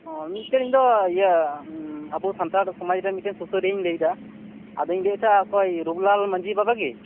ᱚᱸ ᱢᱤᱫᱴᱟᱝ ᱤᱧᱫᱚ ᱤᱭᱟᱹ ᱻ ᱟᱵᱳ ᱥᱟᱱᱛᱟᱲ ᱥᱚᱢᱟᱡ ᱨᱮᱱ ᱢᱤᱫᱴᱮᱱ ᱥᱩᱥᱟ ᱨᱤᱭᱟ ᱧ ᱞᱟ ᱭᱫᱟ ᱟᱫᱚ ᱞᱟᱹᱭᱮᱫᱛᱟᱦᱮ ᱚᱠᱚᱭ ᱨᱩᱜᱷᱩᱞᱟᱞ ᱢᱟᱺᱡᱷᱤ ᱵᱟᱵᱟ ᱜᱮ